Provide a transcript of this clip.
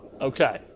Okay